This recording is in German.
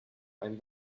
ein